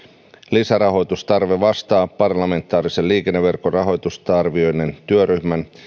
lisärahoitustarve vastaa parlamentaarisen liikenneverkon rahoitusta arvioineen työryhmän